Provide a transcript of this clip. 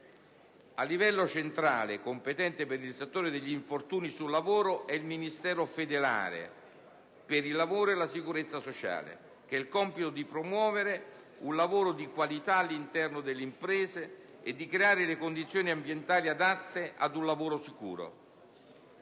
A livello centrale, competente per il settore degli infortuni sul lavoro è il Ministero federale per il lavoro e la sicurezza sociale, che ha il compito di promuovere un lavoro di qualità all'interno delle imprese e di creare le condizioni ambientali adatte ad un lavoro sicuro.